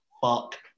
fuck